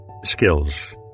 Skills